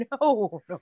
no